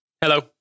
Hello